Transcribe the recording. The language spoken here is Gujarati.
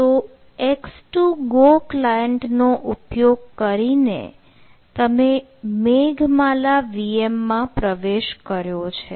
તો x2go ક્લાયન્ટ નો ઉપયોગ કરીને તમે મેઘમાલા VM માં પ્રવેશ કર્યો છે